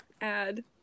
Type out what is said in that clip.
add